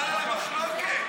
אבל חבל על המחלוקת.